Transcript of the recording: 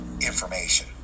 Information